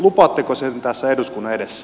lupaatteko sen tässä eduskunnan edessä